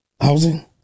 Housing